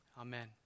Amen